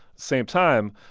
same time,